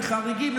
בחריגים.